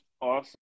Awesome